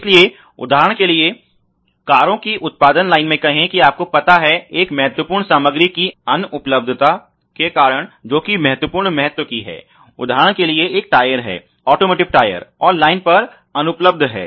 इसलिए उदाहरण के लिए कारों की उत्पादन लाइन में कहें कि आपको पता है एक महत्वपूर्ण सामग्री की अनुपलब्धता के कारण जो कि महत्वपूर्ण महत्व की है उदाहरण के लिए एक टायर है ऑटोमोटिव टायर और लाइन पर अनुपलब्ध है